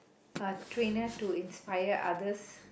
a trainer to inspire others